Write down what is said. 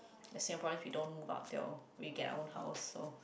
the Singaporeans we don't move out till we get our own house so